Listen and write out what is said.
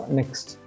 next